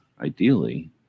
ideally